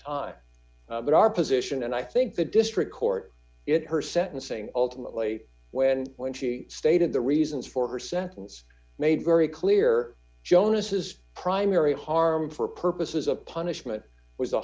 time but our position and i think the district court it her sentencing ultimately when when she stated the reasons for her sentence made very clear jonas's primary harm for purposes of punishment was